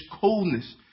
coldness